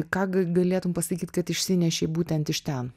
ką galėtum pasakyt kad išsinešei būtent iš ten